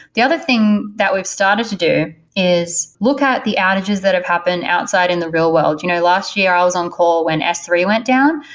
the other thing that we've started to do is look at the outages that have happened outside in the real world. you know last year i was on call coal when s three went down.